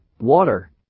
Water